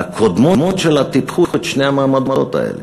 והקודמות לה טיפחו את שני המעמדות האלה: